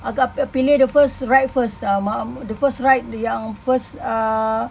pilih the first ride first ah ma~ the first ride the yang first uh